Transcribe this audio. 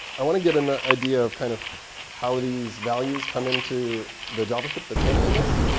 i want to get an ah idea of kind of how these values come into the javascript that's handling this.